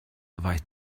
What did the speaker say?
weicht